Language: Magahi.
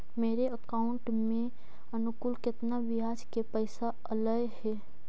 मेरे अकाउंट में अनुकुल केतना बियाज के पैसा अलैयहे?